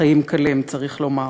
חיים קלים, צריך לומר.